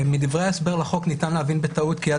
מדברי ההסבר לחוק ניתן להבין בטעות כי יד